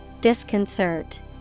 Disconcert